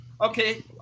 Okay